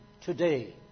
today